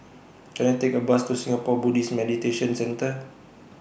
Can I Take A Bus to Singapore Buddhist Meditation Centre